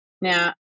Now